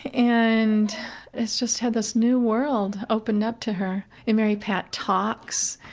and has just had this new world opened up to her. and mary pat talks,